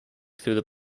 through